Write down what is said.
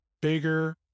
bigger